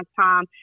time